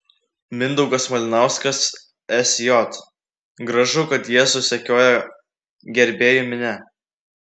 mindaugas malinauskas sj gražu kad jėzų sekioja gerbėjų minia